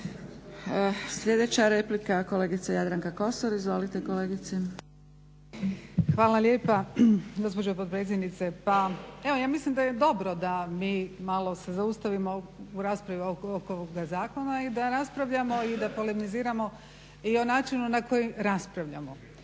Sljedeća replika, kolegica Jadranka Kosor. Izvolite kolegice. **Kosor, Jadranka (HDZ)** Hvala lijepa gospođo potpredsjednice. Pa evo ja mislim da je dobro da mi malo se zaustavimo u raspravi oko ovoga zakona i da raspravljamo i da polemiziramo i o načinu na koji raspravljamo.